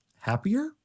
happier